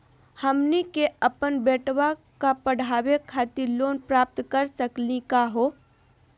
हमनी के अपन बेटवा क पढावे खातिर लोन प्राप्त कर सकली का हो?